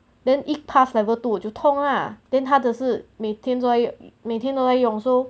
then 一 passed level two 我就痛 ah then 他的是每天在用每天都在用